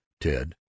ted